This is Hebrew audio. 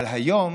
אבל היום